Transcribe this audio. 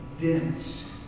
dense